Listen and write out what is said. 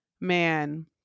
man